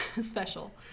special